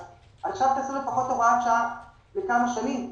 אז תעשו לפחות הוראת שעה לכמה שנים,